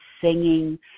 singing